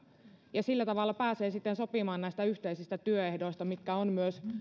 sillä tavalla pääsee sitten sopimaan näistä yhteisistä työehdoista mitkä myös ovat